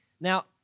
Now